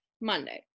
Monday